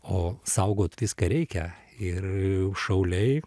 o saugot viską reikia ir šauliai